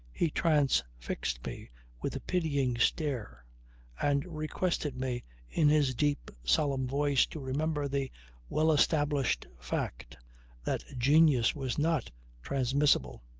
he transfixed me with a pitying stare and requested me in his deep solemn voice to remember the well-established fact that genius was not transmissible.